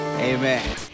Amen